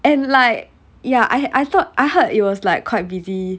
and like ya I I thought I heard it was like quite busy